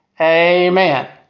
Amen